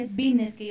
business